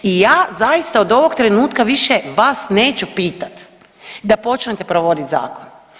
I ja zaista od ovog trenutka više vas neću pitati da počnete provoditi zakon.